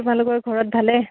তোমালোকৰ ঘৰত ভালে